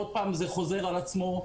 עוד פעם זה חוזר על עצמו.